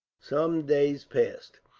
some days passed,